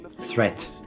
threat